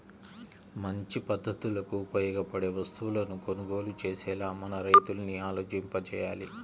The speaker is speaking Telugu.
మంచి పద్ధతులకు ఉపయోగపడే వస్తువులను కొనుగోలు చేసేలా మన రైతుల్ని ఆలోచింపచెయ్యాలి